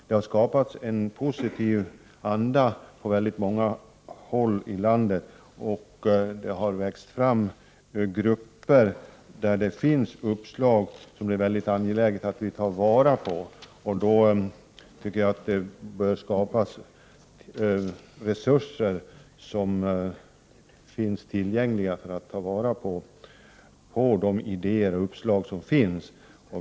Det har skapats en positiv anda på många håll i landet, och det har växt fram grupper som kan ge oss uppslag, och det är mycket angeläget att vi tar vara på dessa. Det bör skapas resurser för att möjliggöra ett tillvaratagande av de idéer och uppslag som finns.